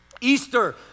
Easter